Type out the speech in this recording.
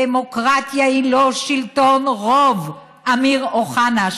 דמוקרטיה היא לא שלטון רוב, אמיר אוחנה.